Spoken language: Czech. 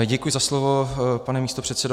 Děkuji za slovo, pane místopředsedo.